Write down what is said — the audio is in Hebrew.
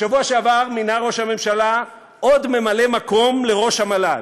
בשבוע שעבר מינה ראש הממשלה עוד ממלא מקום לראש המל"ל,